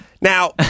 Now